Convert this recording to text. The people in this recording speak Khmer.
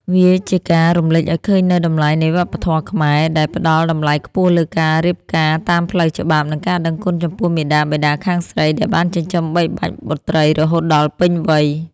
វាជាការរំលេចឱ្យឃើញនូវតម្លៃនៃវប្បធម៌ខ្មែរ ដែលផ្ដល់តម្លៃខ្ពស់លើការរៀបការតាមផ្លូវច្បាប់ និងការដឹងគុណចំពោះមាតាបិតាខាងស្រីដែលបានចិញ្ចឹមបីបាច់បុត្រីរហូតដល់ពេញវ័យ។